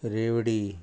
रेवडी